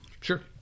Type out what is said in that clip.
sure